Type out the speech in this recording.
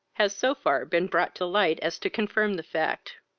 has so far been brought to light as to confirm the fact.